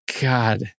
god